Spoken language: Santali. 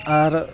ᱟᱨ